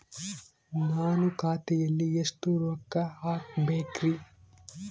ನಾನು ಖಾತೆಯಲ್ಲಿ ಎಷ್ಟು ರೊಕ್ಕ ಹಾಕಬೇಕ್ರಿ?